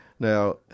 Now